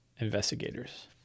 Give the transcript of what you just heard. investigators